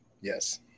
Yes